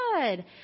Good